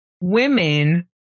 women